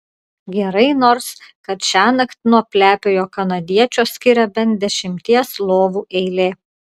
gerai nors kad šiąnakt nuo plepiojo kanadiečio skiria bent dešimties lovų eilė